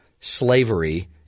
slavery